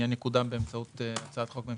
שהעניין יקודם באמצעות הצעת חוק ממשלתית.